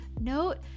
note